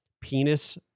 penis